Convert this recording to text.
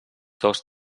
dos